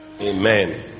Amen